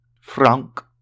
Frank